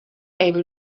able